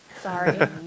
Sorry